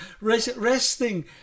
resting